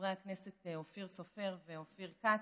וחברי הכנסת אופיר סופר ואופיר כץ,